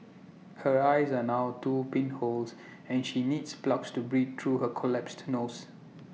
her eyes are now two pinholes and she needs plugs to breathe through her collapsed nose